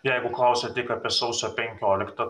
jeigu klausiat tik apie sausio penkioliktą